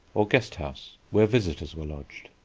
or guest-house, where visitors were lodged.